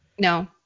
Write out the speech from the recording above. no